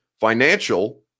financial